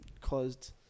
caused